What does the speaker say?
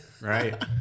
Right